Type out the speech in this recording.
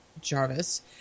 Jarvis